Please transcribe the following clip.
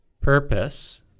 purpose